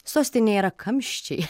sostinėje yra kamščiai